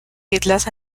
islas